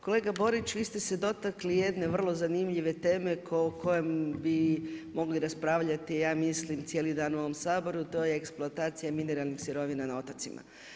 Kolega Borić, vi ste se dotakli jedne vrlo zanimljive teme o kojoj bi mogli raspravljati cijeli dan u ovom Saboru, to je eksploatacija mineralnih sirovina na otocima.